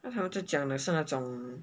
刚才我要讲的是那种